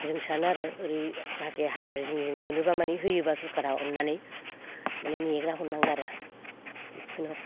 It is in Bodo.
जों सानो आरो ओरै जाहाथे हाग्रा जिं जिं मोनोब्ला होयोब्ला माने सरखारा अननानै माने नेग्रा हरनांगो आरो जिखुनु